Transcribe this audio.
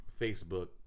Facebook